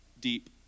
deep